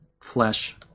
flesh